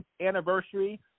anniversary